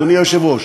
אדוני היושב-ראש,